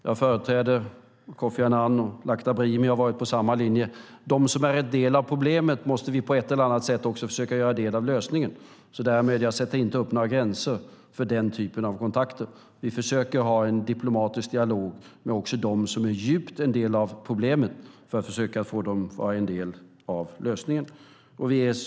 Jag företräder Kofi Annans ståndpunkt, och Lakhdar Brahimi har varit på samma linje: De som är problemet måste vi på ett eller annat sätt också försöka göra till en del av lösningen. Jag sätter därmed inte upp några gränser för denna typ av kontakter. Vi försöker ha en diplomatisk dialog också med dem som på djupet är en del av problemet för att försöka få dem att vara en del av lösningen.